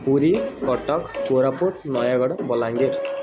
Puri Cuttack Koraput Nayagarh Balangir